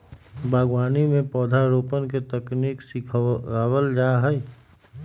बागवानी में पौधरोपण के तकनीक सिखावल जा हई